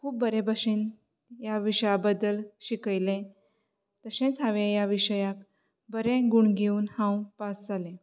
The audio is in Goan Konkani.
खूब बरें बशेन ह्या विशया बद्दल शिकयल्ले तशें हांव ह्या विशयाक बरें गूण घेवून पास जाले